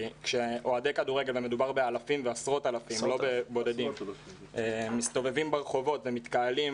כאשר מדובר בעשרות אלפים אוהדים מסתובבים ברחובות ומתקהלים,